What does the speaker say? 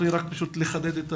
אחלק ברשותך את